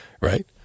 right